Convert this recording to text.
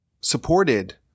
Supported